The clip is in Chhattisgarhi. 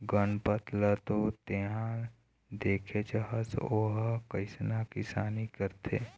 गनपत ल तो तेंहा देखेच हस ओ ह कइसना किसानी करथे